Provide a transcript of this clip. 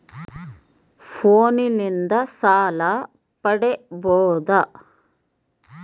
ಫೋನಿನಿಂದ ಸಾಲ ಪಡೇಬೋದ?